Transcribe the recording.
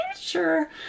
sure